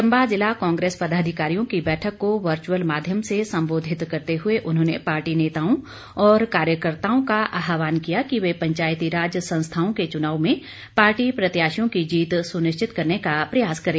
चंबा ज़िला कांग्रेस पदाधिकारियों की बैठक को वर्चुअल माध्यम से संबोधित करते हुए उन्होंने पार्टी नेताओं और कार्यकर्ताओं का आहवान किया कि वे पंचायतीराज संस्थाओं के चुनाव में पार्टी प्रत्याशियों की जीत सुनिश्चित करने का प्रयास करें